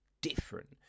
different